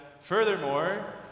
Furthermore